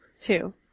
two